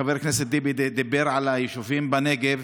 חבר הכנסת טיבי דיבר על היישובים בנגב,